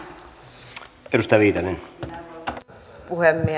arvoisa puhemies